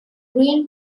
green